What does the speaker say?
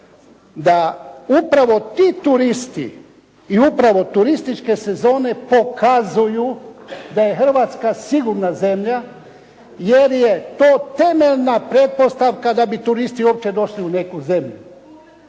da upravo ti turisti i upravo turističke sezone pokazuju da je Hrvatska sigurna zemlja, jer je to temeljna pretpostavka da bi turisti uopće došli u neku zemlju.